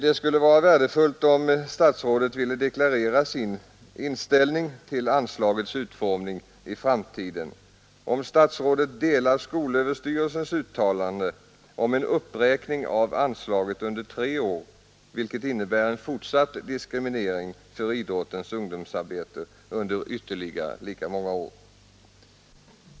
Det skulle vara värdefullt om statsrådet ville deklarera sin inställning till anslagets utformning i framtiden och om statsrådet instämmer i skolöverstyrelsens uttalande om en uppräkning av anslaget under tre år, vilket innebär en fortsatt diskriminering av idrottens ungdomsarbete under ytterligare lika många år.